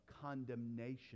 condemnation